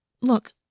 look